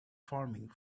forming